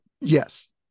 Yes